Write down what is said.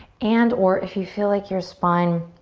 and or if you feel like your spine